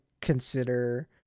consider